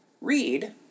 read